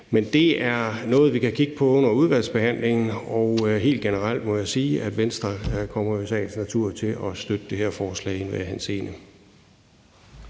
Men det er noget, vi kan kigge på under udvalgsbehandlingen. Og helt generelt må jeg sige, at Venstre jo i sagens natur kommer til at støtte det her forslag i enhver henseende.